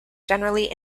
generally